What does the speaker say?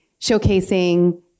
showcasing